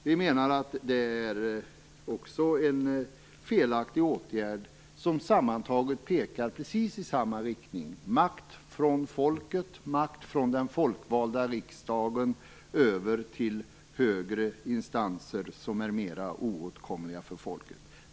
Vi menar att detta är en felaktig åtgärd, som sammantaget pekar i precis samma riktning - makt flyttas från folket, från den folkvalda riksdagen, över till högre instanser, som är mer oåtkomliga för folket.